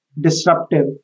disruptive